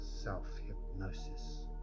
self-hypnosis